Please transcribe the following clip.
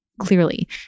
clearly